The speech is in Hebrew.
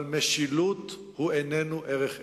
אבל משילות איננה ערך עליון.